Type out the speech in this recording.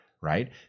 right